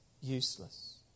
useless